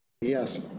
Yes